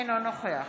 אינו נוכח